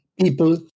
people